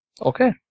Okay